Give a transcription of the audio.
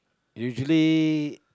usually